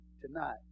tonight